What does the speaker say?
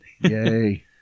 Yay